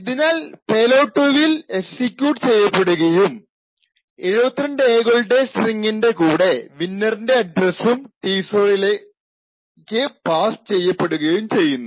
ഇതിനാൽ പേലോഡ് 2 ൽ എക്സിക്യൂട്ട് ചെയ്യപ്പെടുകയും 72 A കളുടെ സ്ട്രിങ്ങിൻറെ കൂടെ വിന്നെറിന്റെ അഡ്രസ്സും T0 ക്ക് പാസ്സ് ചെയ്യപ്പെടുകയും ചെയ്യുന്നു